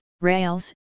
rails